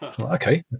okay